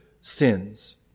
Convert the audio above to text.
sins